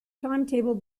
timetable